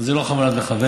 זה לא בכוונת מכוון.